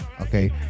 okay